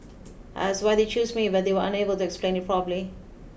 I asked why they chose me but they were unable to explain it properly